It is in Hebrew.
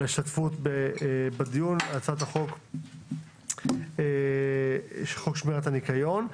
ההשתתפות בדיון בנושא הצעת חוק שמירת הניקיון.